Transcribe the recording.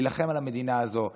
להילחם על המדינה הזאת בצה"ל,